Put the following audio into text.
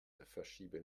verschiebe